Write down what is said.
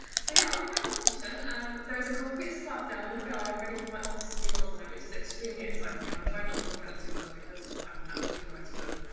so, yeah i won my competition. um there is a concrete slab down in the garden ready for my office to be built on it, which is extremely exciting. and i'm trying not to look at it too much because i'm actually gonna explode.